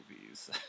movies